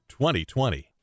2020